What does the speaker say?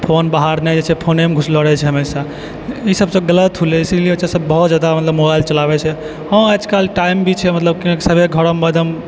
phone बाहर नहि रहै छै फोनेमे घुसलऽ रहै छै हमेशा ईसब सब गलत होलै इसीलिए बच्चासब बहुत ज्यादा मतलब मोबाइल चलाबै छै हँ आजकल टाइम भी छै मतलब सबेके घरेमे एकदम